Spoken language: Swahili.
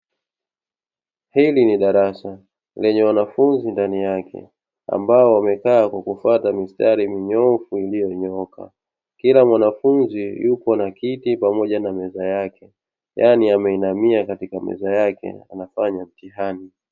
Hili ni darasa lenye wanafunzi ndani yake waliokaa kwenye mistari minyoofu iliyonyooka, kila mwanafunzi yupo na kiti pamoja na meza yake yani ameinamia katika meza yake anafanya mtihani.